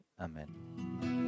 Amen